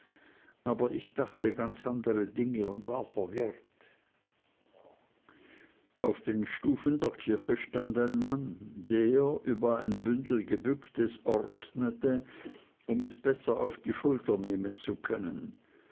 aber ich dachte an ganz andere dinge und war verwirrt auf den stufen der kirche stand ein mann der über ein bündel gebückt es ordnete um es besser auf die schulter nehmen zu können